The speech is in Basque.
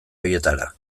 horietara